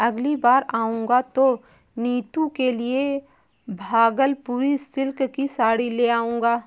अगली बार आऊंगा तो नीतू के लिए भागलपुरी सिल्क की साड़ी ले जाऊंगा